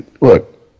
look